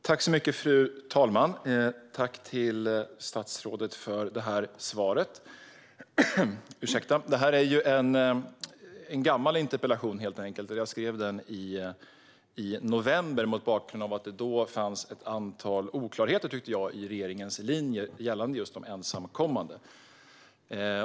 Fru talman! Jag tackar statsrådet för svaret. Det här är en gammal interpellation. Jag ställde den i november mot bakgrund av att det då fanns ett antal oklarheter i regeringens linje gällande just de ensamkommande.